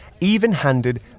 even-handed